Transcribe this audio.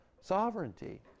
sovereignty